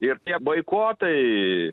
ir tie boikotai